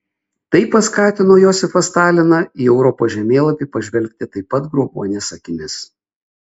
tai paskatino josifą staliną į europos žemėlapį pažvelgti taip pat grobuonies akimis